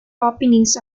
openings